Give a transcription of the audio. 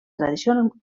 tradicionalment